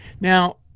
Now